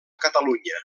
catalunya